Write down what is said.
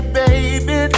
baby